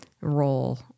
role